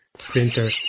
printer